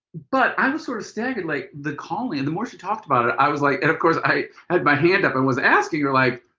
but i was sort of staggered like the calling. and the more she talked about it, i was like and of course i had my hand up and was asking her like.